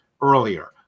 earlier